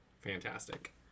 Fantastic